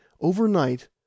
overnight